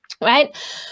Right